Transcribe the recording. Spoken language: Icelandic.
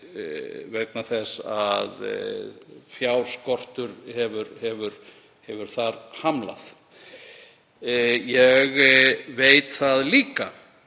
vegna þess að fjárskortur hefur þar hamlað. Ég veit það líka,